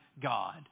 God